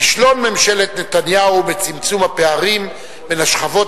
כישלון ממשלת נתניהו בצמצום הפערים בין השכבות